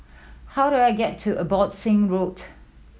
how do I get to Abbotsingh Road